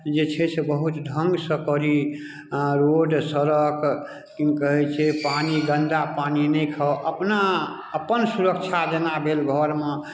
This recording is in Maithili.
जे छै से बहुत ढङ्ग सँ करी आओर रोड सड़क कि कहै छै पानि गन्दा पानि नहि खाउ अपना अपन सुरक्षा जेना भेल घरमे